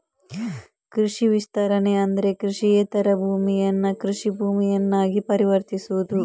ಕೃಷಿ ವಿಸ್ತರಣೆ ಅಂದ್ರೆ ಕೃಷಿಯೇತರ ಭೂಮಿಯನ್ನ ಕೃಷಿ ಭೂಮಿಯನ್ನಾಗಿ ಪರಿವರ್ತಿಸುವುದು